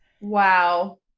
Wow